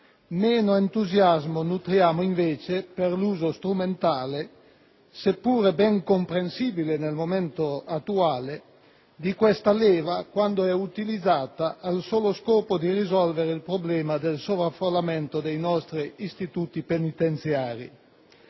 meno entusiasmo nutriamo, invece, per l'uso strumentale, seppure ben comprensibile nel momento attuale, di questa leva quando è utilizzata al solo scopo di risolvere il problema del sovraffollamento dei nostri istituti penitenziari.